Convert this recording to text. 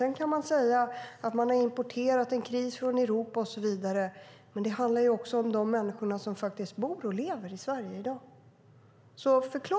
Sedan kan man säga att man har importerat en kris från Europa och så vidare, men det handlar också om de människor som faktiskt bor och lever i Sverige i dag.